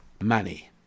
money